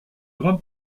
grande